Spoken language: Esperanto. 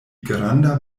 granda